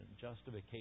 Justification